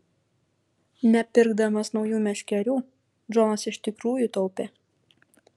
nepirkdamas naujų meškerių džonas iš tikrųjų taupė